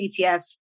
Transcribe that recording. ETFs